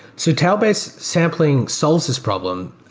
so tail-based sampling solves this problem,